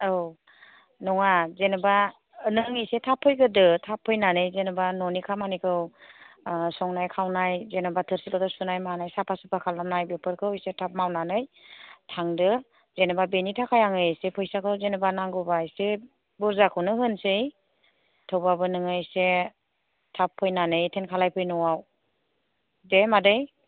औ नङा जेनेबा नों एसे थाब फैग्रोदो थाब फैनानै जेनेबा न'नि खामानिखौ संनाय खावनाय जेनेबा थोरसि लथा सुनाय मानाय साफा सुफा खालामनाय बेफोरखौ एसे थाब मावनानै थांदो जेनेबा बेनि थाखाय आङो एसे फैसाखौ जेनेबा नांगौबा एसे बुरजाखौनो होनोसै थेवब्लाबो नोङो एसे थाब फैनानै एटेन्ड खालामफै न'आव दे मादै